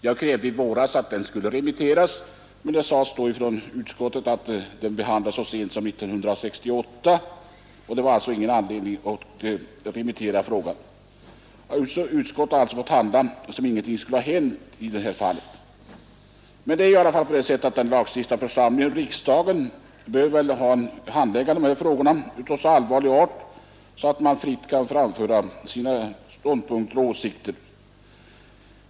Jag krävde i våras att den skulle remitteras, men det sades i utskottet att frågan behandlats så sent som 1968 och att det inte fanns någon anledning att remittera den nu. Utskottet har alltså fått handla som om ingenting skulle ha hänt i detta fall. Men det är ju ändå på det sättet att den lagstiftande församlingen, riksdagen, bör handlägga dessa allvarliga frågor på ett sådant sätt att man fritt kan framföra sina ståndpunkter och åsikter.